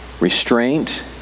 restraint